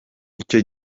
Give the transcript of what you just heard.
icyo